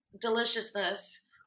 deliciousness